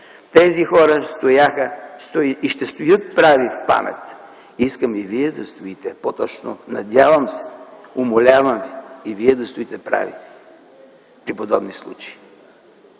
Тези хора стояха и ще стоят прави в памет. Искам и вие да стоите, по-точно - надявам се, умолявам ви и вие да стоите прави при подобни случаи.